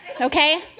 okay